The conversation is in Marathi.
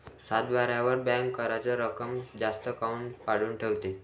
सातबाऱ्यावर बँक कराच रक्कम जास्त काऊन मांडून ठेवते?